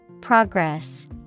Progress